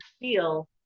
feel